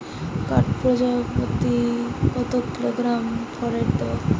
কাঠাপ্রতি কত কিলোগ্রাম ফরেক্স দেবো?